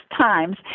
times